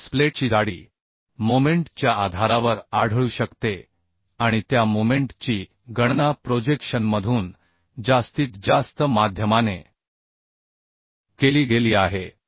आणि बेस प्लेटची जाडी मोमेंट च्या आधारावर आढळू शकते आणि त्या मोमेंट ची गणना प्रोजेक्शनमधून जास्तीत जास्त माध्यमाने केली गेली आहे